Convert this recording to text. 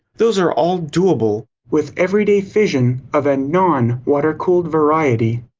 those are all doable with everyday fission of a non-water-cooled variety.